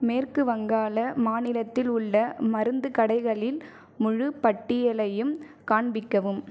மேற்கு வங்காள மாநிலத்தில் உள்ள மருந்துக் கடைகளின் முழு பட்டியலையும் காண்பிக்கவும்